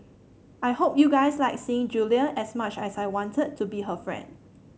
I hope you guys liked seeing Julia as much as I wanted to be her friend